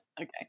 Okay